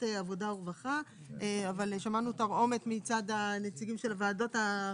עבודה ורווחה אבל שמענו תרעומת מצד הנציגים של הוועדות האחרות,